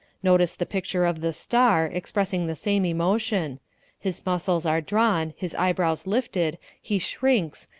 notice the picture of the star expressing the same emotion his muscles are drawn, his eyebrows lifted, he shrinks,